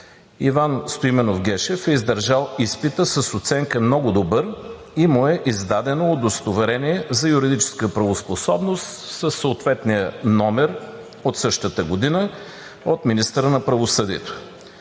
Иван Стоименов Гешев е издържал изпита с оценка „много добър“ и му е издадено удостоверение за юридическа правоспособност със съответния номер от същата година от министъра на правосъдието.